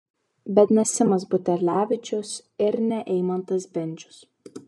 bet ne simas buterlevičius ir ne eimantas bendžius